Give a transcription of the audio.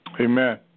Amen